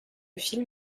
film